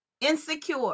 insecure